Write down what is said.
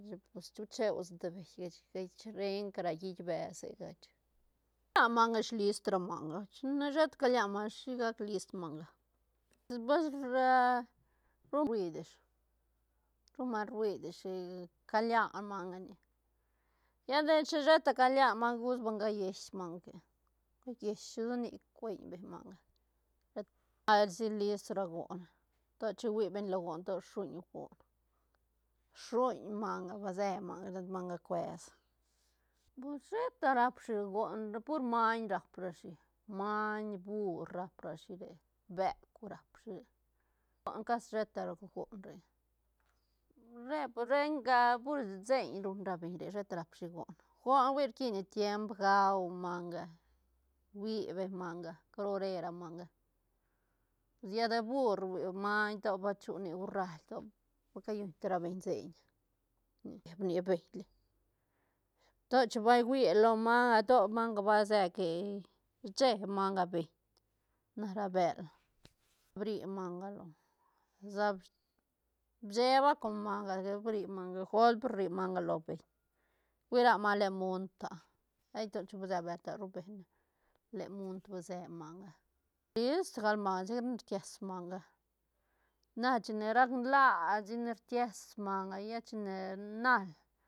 Chic pues chu cheu sutbeï ga chic gech renca ra hiit besega chic, ra manga ish list ra manga chine sheta calian manga shi gac list manga pues ruid ish ruñ manga ruid ish calian manga nic lla de chin sheta calian manga gust ba nga llesh manga que, ga lleshi don nic cueñ beñ manga list ra goon to chi hui beñ lo goon to shuñ goon shuñ manga va se manga shet manga cues pues sheta rap shi goon pur maiñ rap rashi maiñ, bur rap rashi re beuk rap rashi re ah a casi sheta ru goon re- re por renca pur seiñ ruñ ra beñ re sheta rap shi goon- goon hui rquiñ ne tiemp gau manga hui beñ manga caro re ra manga lla de bur hui maiñ to ba chu nic rual to ba callun ti ra beñ seiñ beit li to chin va guila lo manga to manga va se que cheeb manga beñ na ra bël bri manga lo sa cheeba con maga bri manga golp rri manga lo beñ hui ra manga len munt ah hay to chin ba se bël ru be ne len munt ba se manga, list gal manga chic ne rkies manga na chine rac nlaa chic ne rkies manga lla chine nal.